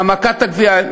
העמקת הגבייה,